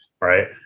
right